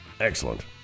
Excellent